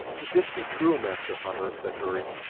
if this be true, master hutter, said hurry,